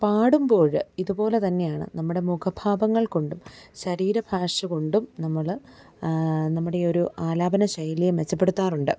പാടുമ്പോൾ ഇതുപോലെ തന്നെയാണ് നമ്മുടെ മുഖഭാവങ്ങൾ കൊണ്ടും ശരീരഭാഷകൊണ്ടും നമ്മൾ നമ്മുടെ ഈയൊരു ആലാപനശൈലിയെ മെച്ചപ്പെടുത്താറുണ്ട്